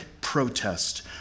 protest